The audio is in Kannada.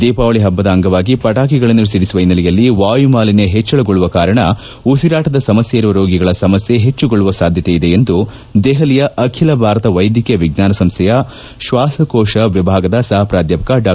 ದೀಪಾವಳಿಯ ಅಂಗವಾಗಿ ಪಟಾಕಿಗಳನ್ನು ಸಿಡಿಸುವ ಹಿನ್ನೆಲೆಯಲ್ಲಿ ವಾಯು ಮಾಲಿನ್ಯ ಹೆಚ್ಚಳಗೊಳ್ಳುವ ಕಾರಣ ಉಸಿರಾಟದ ಸಮಸ್ಯೆ ಇರುವ ರೋಗಿಗಳ ಸಮಸ್ಯೆ ಹೆಚ್ಚಳಗೊಳ್ಳುವ ಸಾಧ್ಯತೆ ಇದೆ ಎಂದು ದೆಹಲಿಯ ಅಖಿಲ ಭಾರತ ವೈದ್ಯಕೀಯ ವಿಜ್ಞಾನ ಸಂಸ್ಠೆಯ ಶ್ವಾಸಕೋಶ ವಿಭಾಗದ ಸಹ ಪ್ರಾಧ್ಯಾಪಕ ಡಾ